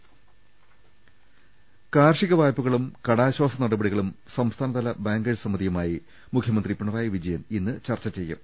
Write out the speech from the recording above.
ങ്ങ ൽ ശ് ഢ ഢ ഢ ഢ ഢ കാർഷിക വായ്പകളും കടാശ്വാസ നടപടികളും സംസ്ഥാനതല ബാങ്കേഴ്സ് സമിതിയുമായി മുഖ്യമന്ത്രി പിണറായി വിജയൻ ഇന്ന് ചർച്ച ചെയ്യും